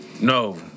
No